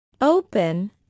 Open